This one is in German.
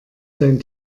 dein